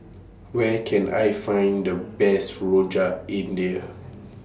Where Can I Find The Best Rojak India